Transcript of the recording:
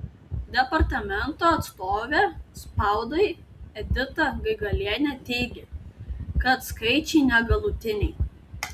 departamento atstovė spaudai edita gaigalienė teigia kad skaičiai negalutiniai